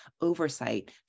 oversight